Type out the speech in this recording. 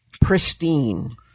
pristine